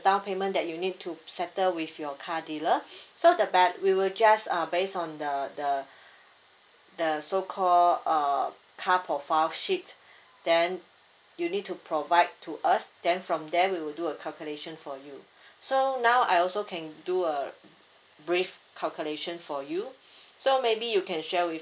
down payment that you need to settle with your car dealer so the bad~ we will just uh based on the the the so called uh car profile sheet then you need to provide to us then from there we will do a calculation for you so now I also can do a brief calculation for you so maybe you can share with